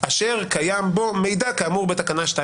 אשר קיים בו מידע כאמור בתקנה 2